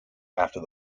after